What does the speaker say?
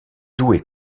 douée